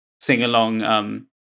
sing-along